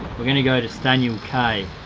we're gonna go to staniel cay.